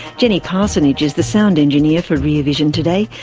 jenny parsonage is the sound engineer for rear vision today.